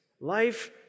life